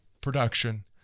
production